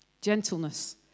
Gentleness